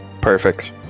Perfect